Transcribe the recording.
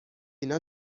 اینا